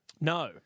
No